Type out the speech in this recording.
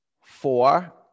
Four